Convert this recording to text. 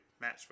match